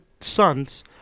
sons